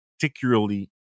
particularly